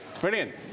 Brilliant